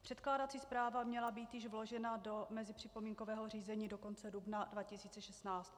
Předkládací zpráva měla být již vložena do mezipřipomínkového řízení do konce dubna 2016.